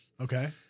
Okay